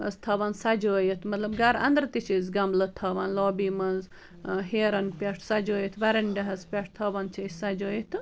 أسۍ تھاوان سجٲوِتھ مطلب گٔرٕ انٛدر تہِ چھِ أسۍ گملہٕ تھاوان لوبی منٛز اۭں ہیرن پیٚٹھ سجٲوِتھ ورنڈہس پیٚٹھ تھاوان چھِ أسۍ سجٲوِتھ تہٕ